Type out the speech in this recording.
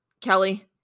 Kelly